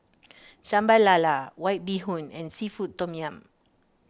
Sambal Lala White Bee Hoon and Seafood Tom Yum